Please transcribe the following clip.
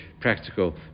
practical